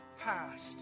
past